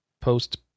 post